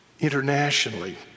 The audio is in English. Internationally